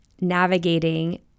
navigating